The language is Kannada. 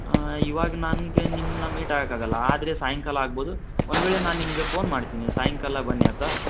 ಇವಾಗ ನನಗೆ ನಿಮನ್ನ ಮೀಟ್ ಆಗೋಕಾಗೊಲ್ಲ ಆದರೆ ಸಾಯಂಕಾಲ ಆಗಬೋದು ಒಂದ್ವೇಳೆ ನಾನು ನಿಮಗೆ ಫೋನ್ ಮಾಡ್ತೀನಿ ಸಾಯಂಕಾಲ ಬನ್ನಿ ಅಯ್ತಾ